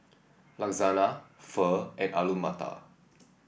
Lasagna Pho and Alu Matar